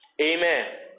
Amen